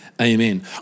Amen